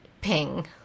ping